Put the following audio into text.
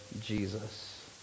Jesus